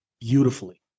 beautifully